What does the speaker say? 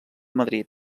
madrid